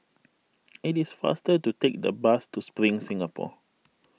it is faster to take the bus to Spring Singapore